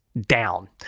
down